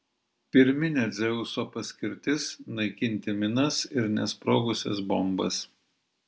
pirminė dzeuso paskirtis naikinti minas ir nesprogusias bombas